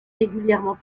régulièrement